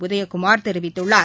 உதயகுமார் தெரிவித்துள்ளார்